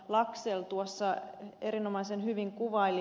laxell tuossa erinomaisen hyvin kuvaili